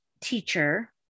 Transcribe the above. teacher